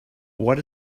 what